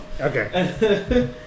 Okay